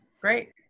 great